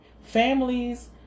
Families